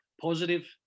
positive